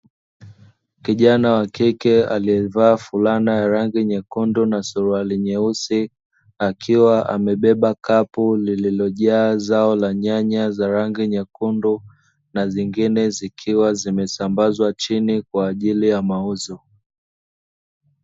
Kijana wa kike aliyevaa fulana ya rangi nyekundu na suruali nyeusi, akiwa amebeba kapu lililojaa zao la nyanya za rangi nyekundu na zengine zikiwa zimesambazwa chini kwa ajili ya mauzo.